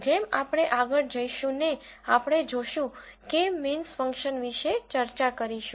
જેમ આપણે આગળ જઈશું ને આપણે જોશું કે મીન્સ ફંક્શન વિશે ચર્ચા કરીશું